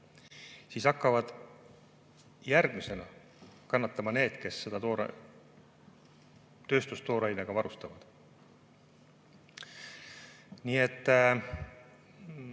siis hakkavad järgmisena kannatama need, kes seda tööstust toorainega varustavad. Nii et